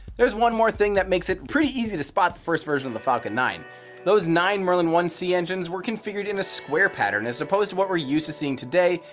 there's one more thing that makes it easy to spot the first version of the falcon nine those nine merlin one c engines were configured in a square pattern as opposed to what we're used to seeing today,